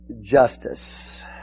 justice